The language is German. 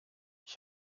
ich